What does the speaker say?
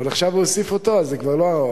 אבל עכשיו הוא הוסיף אותו, אז זה כבר לא.